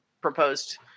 proposed